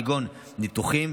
כגון ניתוחים,